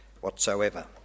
whatsoever